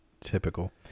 Typical